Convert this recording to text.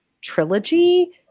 trilogy